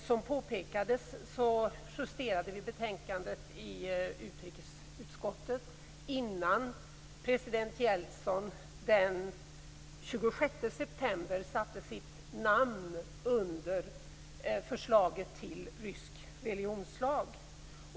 Som det påpekades justerade utrikesutskottet betänkandet innan president Jeltsin den 26 september satte sitt namn under förslaget till rysk religionslag.